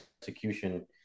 execution